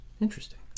Interesting